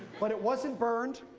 but it wasn't burned,